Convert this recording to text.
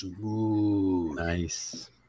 nice